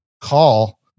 call